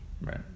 Right